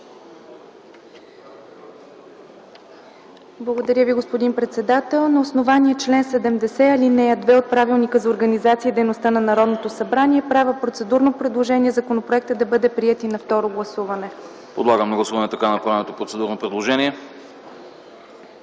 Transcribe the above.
Благодаря Ви, господин председател. На основание чл. 70, ал. 2 от Правилника за организацията и дейността на Народното събрание правя процедурно предложение законопроектът да бъде приет и на второ гласуване. ПРЕДСЕДАТЕЛ АНАСТАС АНАСТАСОВ: Подлагам на гласуване така направеното процедурно предложение.